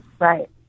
right